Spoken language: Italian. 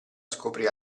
scoprì